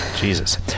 Jesus